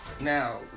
Now